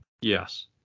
Yes